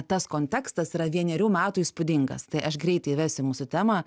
tas kontekstas yra vienerių metų įspūdingas tai aš greit įves į mūsų temą